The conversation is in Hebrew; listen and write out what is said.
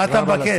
מה אתה מבקש?